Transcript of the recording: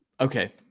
Okay